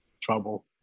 trouble